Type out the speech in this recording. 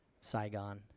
Saigon